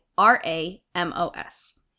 R-A-M-O-S